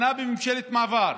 שנה בממשלת מעבר,